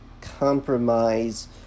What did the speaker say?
compromise